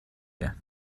کرد